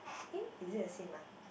eh is it the same ah